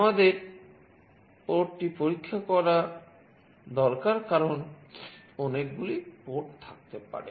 আমাদের পোর্টটি পরীক্ষা করা দরকার কারণ অনেকগুলি পোর্ট থাকতে পারে